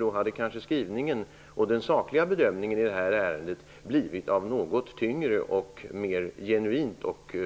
Då hade kanske skrivningen och den sakliga bedömningen i det här ärendet blivit något tyngre, mer genuin och